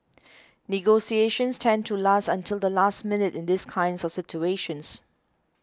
negotiations tend to last until the last minute in these kind of situations